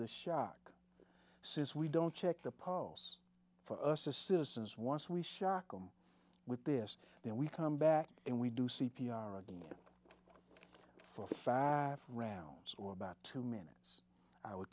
the shock since we don't check the polls for us as citizens once we shock them with this then we come back and we do c p r again for fats rounds or about two minutes i would